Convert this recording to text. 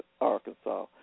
Arkansas